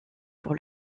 pour